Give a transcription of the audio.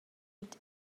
with